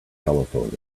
telephoned